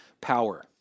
power